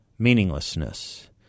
meaninglessness